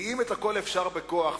כי אם את הכול אפשר בכוח,